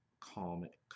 comic